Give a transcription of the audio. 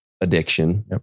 addiction